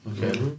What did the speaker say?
Okay